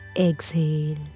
Exhale